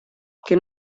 que